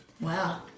Wow